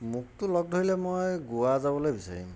মোকটো লগ ধৰিলে মই গোৱা যাবলৈ বিচাৰিম